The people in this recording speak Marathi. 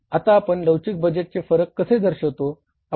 आता आपण लवचिक बजेटचे फरक कसे दर्शवितो